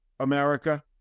America